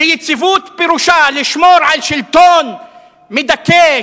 כי יציבות פירושה לשמור על שלטון מדכא,